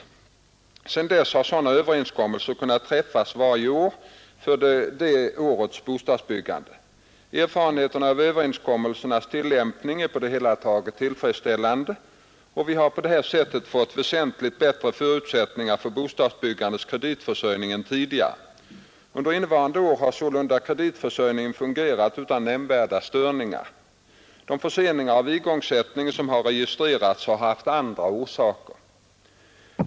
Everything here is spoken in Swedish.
Sedan dess har sådana överenskommelser kunnat träffas varje år för det årets bostadsbyggande. Erfarenheterna av överenskommelsernas tillämpning är på det hela taget tillfredsställande, och vi har på detta sätt fått väsentligt bättre förutsättningar för bostadsbyggandets kreditförsörjning än tidigare. Under innevarande år har sålunda kreditförsörjningen fungerat utan nämnvärda störningar. De förseningar av igångsättningen som har registrerats har haft andra orsaker.